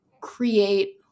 create